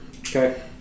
Okay